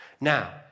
Now